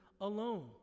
alone